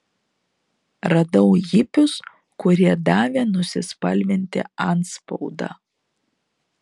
radau hipius kurie davė nusispalvinti antspaudą